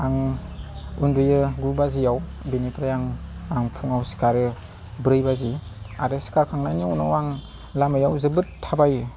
आं उन्दुयो गु बाजियाव बेनिफ्राय आं फुङाव सिखारो ब्रै बाजि आरो सिखारखांनायनि उनाव आं लामायाव जोबोद थाबायो